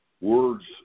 words